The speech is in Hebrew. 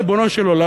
ריבונו של עולם,